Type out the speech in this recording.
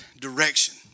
direction